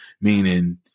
meaning